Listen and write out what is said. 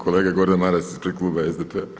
Kolega Gordan Maras ispred kluba SDP-a.